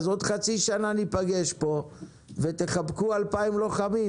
אז עוד חצי שנה ניפגש פה ותחבקו 2,000 לוחמים